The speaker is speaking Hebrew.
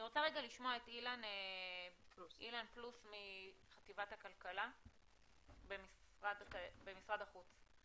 אני רוצה לשמוע את אילן פלוס מחטיבת הכלכלה במשרד החוץ.